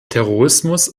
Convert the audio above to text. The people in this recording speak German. terrorismus